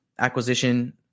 acquisition